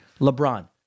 LeBron